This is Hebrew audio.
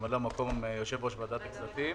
ממלא מקום יושב-ראש ועדת הכספים,